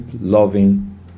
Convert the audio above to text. loving